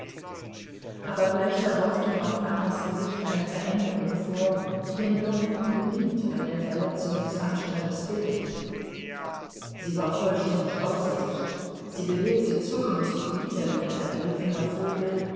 aber gleich darauf ging auf annas gesicht eine veränderung vor die denn doch unbedingt eine verletzung des anstandes bildete sie war vollständig außer sich sie bewegte zuckend die glieder wie ein ergriffener vogel